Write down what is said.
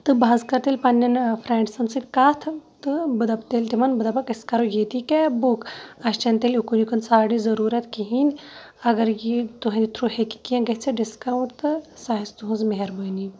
تہٕ بہٕ حظ کَرٕ تیٚلہِ پنٛنٮ۪ن فرٮ۪نٛڈسَن سۭتۍ کَتھ تہٕ بہٕ دَپہٕ تیٚلہِ تِمَن بہٕ دَپَکھ أسۍ کَرو ییٚتی کیب بُک اَسہِ چھَنہٕ تیٚلہِ اُکُن یِکُن ژھانٛڈنٕچ ضٔروٗرت کِہیٖنۍ اگر یہِ تُہٕنٛدِ تھرٛوٗ ہیٚکہِ کینٛہہ گٔژھِتھ ڈِسکاوُنٛٹ تہٕ سُہ آسہِ تُہٕنٛز مہربٲنی